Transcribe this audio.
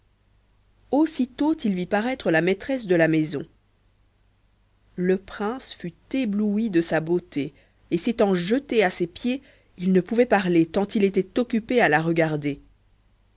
aussitôt il vit paraître la maîtresse de la maison charmant fut ébloui de sa beauté et s'étant jeté à ses pieds il ne pouvait parler tant il était occupé à la regarder